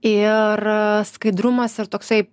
ir skaidrumas ir toksai